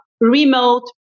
Remote